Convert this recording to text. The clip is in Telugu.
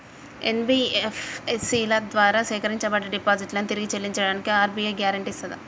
ఎన్.బి.ఎఫ్.సి ల ద్వారా సేకరించబడ్డ డిపాజిట్లను తిరిగి చెల్లించడానికి ఆర్.బి.ఐ గ్యారెంటీ ఇస్తదా?